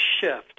shift